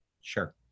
sure